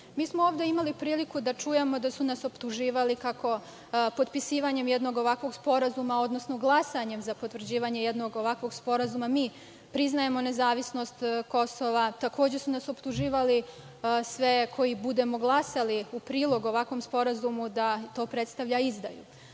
Mi smo ovde imali priliku da čujemo, da su nas optuživali kako potpisivanjem jednog ovakvog sporazuma, odnosno glasanjem za potvrđivanje jednog ovakvog sporazuma mi priznajemo nezavisnost Kosova. Takođe, su nas optuživali sve koji budemo glasali u prilog ovakvom sporazumu da to predstavlja izdaju.